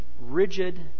rigid